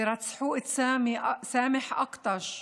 שרצחו את סאמח אל-אקטש,